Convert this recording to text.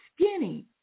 skinny